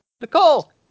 Nicole